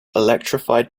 electrified